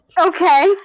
Okay